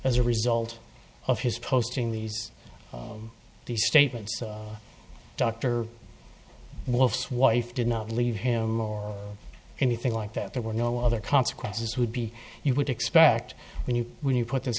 as a result of his posting these these statements doctor wolf's wife did not leave him or anything like that there were no other consequences would be you would expect when you when you put th